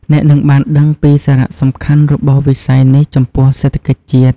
អ្នកនឹងបានដឹងពីសារៈសំខាន់របស់វិស័យនេះចំពោះសេដ្ឋកិច្ចជាតិ។